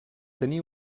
tenir